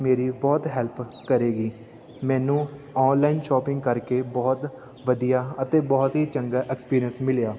ਮੇਰੀ ਬਹੁਤ ਹੈਲਪ ਕਰੇਗੀ ਮੈਨੂੰ ਔਨਲਾਈਨ ਸ਼ੌਪਿੰਗ ਕਰਕੇ ਬਹੁਤ ਵਧੀਆ ਅਤੇ ਬਹੁਤ ਹੀ ਚੰਗਾ ਐਕਸਪੀਰੀਅੰਸ ਮਿਲਿਆ